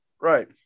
Right